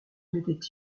mettait